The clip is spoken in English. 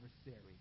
adversary